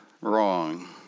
wrong